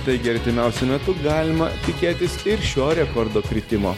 taigi artimiausiu metu galima tikėtis ir šio rekordo kritimo